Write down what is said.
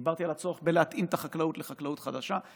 דיברתי על הצורך בלהתאים את החקלאות לחקלאות חדשה.